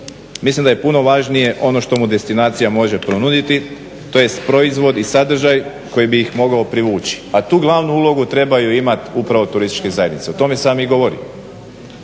Mislim da je puno važnije ono što mu destinacija može ponuditi, tj. proizvod i sadržaj koji bi ih mogao privući. A tu glavnu ulogu trebaju imati upravo turističke zajednice. O tome sam i govorio.